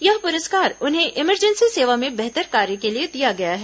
यह पुरस्कार उन्हें इमरजेंसी सेवा में बेहतर कार्य के लिए दिया गया है